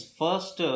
first